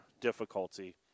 difficulty